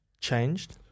changed